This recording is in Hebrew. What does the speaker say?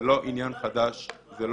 זה לא עניין חדש.